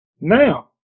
Now